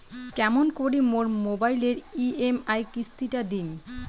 কেমন করি মোর মোবাইলের ই.এম.আই কিস্তি টা দিম?